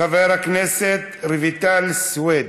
חברת הכנסת רויטל סויד.